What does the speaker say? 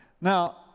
Now